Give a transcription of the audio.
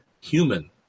human